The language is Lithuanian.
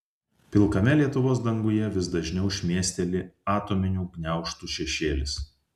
pilkame lietuvos danguje vis dažniau šmėsteli atominių gniaužtų šešėlis